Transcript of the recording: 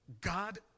God